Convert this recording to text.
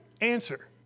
answer